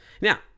Now